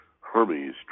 Hermes